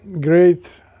great